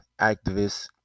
activists